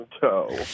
toe